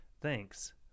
thanks